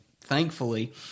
thankfully